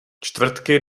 čtvrtky